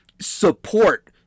support